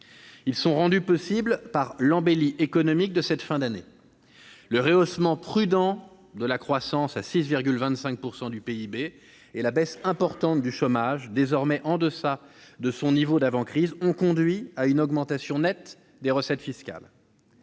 Ils sont rendus possibles par l'embellie économique de cette fin d'année. Le rehaussement prudent de la croissance, à 6,25 % du PIB, et la baisse importante du chômage, désormais en deçà de son niveau d'avant-crise, ont conduit à une augmentation nette des recettes fiscales.